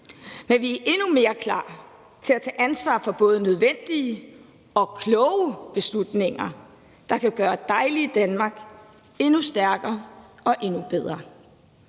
Men vi er endnu mere klar til at tage ansvar for både nødvendige og kloge beslutninger, der kan gøre dejlige Danmark endnu stærkere og endnu bedre.